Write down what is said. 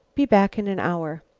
be back in an hour.